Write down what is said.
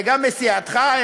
וגם מסיעתך,